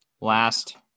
last